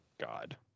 God